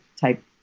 type